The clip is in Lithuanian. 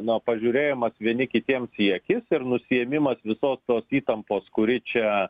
na pažiūrėjimas vieni kitiems į akis ir nusiėmimas visos tos įtampos kuri čia